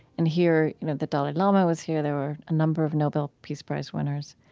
and here you know the dalai lama was here, there were a number of nobel peace prize-winners.